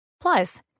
Plus